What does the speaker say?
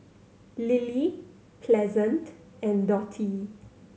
Lily Pleasant and Dottie